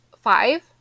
five